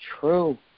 true